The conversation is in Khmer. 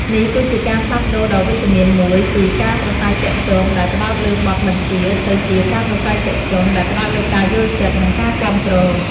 នេះគឺជាការផ្លាស់ប្តូរដ៏វិជ្ជមានមួយពី ការប្រាស្រ័យទាក់ទងដែលផ្តោតលើបទបញ្ជាទៅជា ការប្រាស្រ័យទាក់ទងដែលផ្តោតលើការយល់ចិត្ត និងការគាំទ្រ។